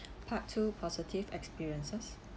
part two positive experiences